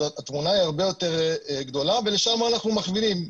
אז התמונה היא הרבה יותר גדולה ולשמה אנחנו מכוונים.